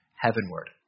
heavenward